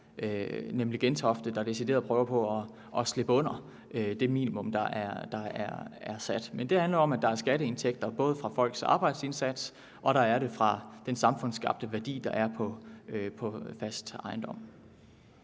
nemlig Gentofte, der decideret prøver på at slippe under det minimum, der er sat. Men det handler om, at der er skatteindtægter både fra folks arbejdsindsats og fra den samfundsskabte værdi, der er på fast ejendom.